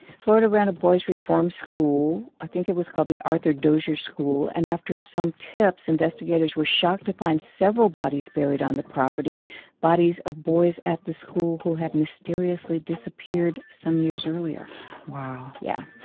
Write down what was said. florida ran a boys' reform school. i think it was called the arthur dozier school. and after some tips, investigators were shocked to find several bodies buried on the property bodies of boys at the school who had mysteriously disappeared some years earlier wow yeah.